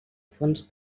fons